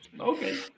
Okay